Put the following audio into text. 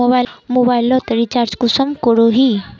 Mobile लोत recharge कुंसम करोही?